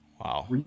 Wow